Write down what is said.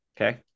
Okay